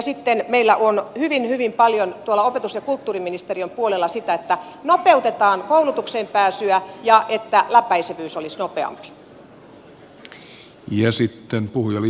sitten meillä on hyvin hyvin paljon tuolla opetus ja kulttuuriministeriön puolella sitä että nopeutetaan koulutukseen pääsyä ja että läpäisevyys olisi nopeampi